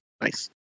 Nice